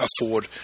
afford